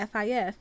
FIF